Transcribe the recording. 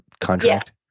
contract